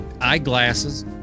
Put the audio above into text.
eyeglasses